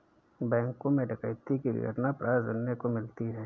बैंकों मैं डकैती की घटना प्राय सुनने को मिलती है